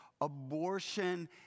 abortion